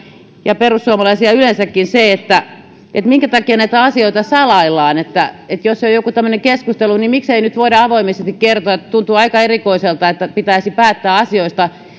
ja perussuomalaisia yleensäkin häiritsee kyllä tämä minkä takia näitä asioita salaillaan jos on joku tämmöinen keskustelu niin miksi ei nyt voida avoimesti kertoa tuntuu aika erikoiselta että pitäisi päättää asioista tyyliin